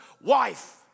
wife